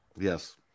Yes